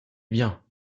bien